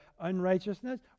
unrighteousness